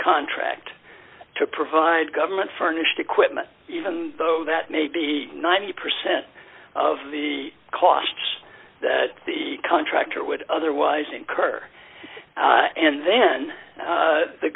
contract to provide government furnished equipment even though that may be ninety percent of the costs that the contractor would otherwise incur and then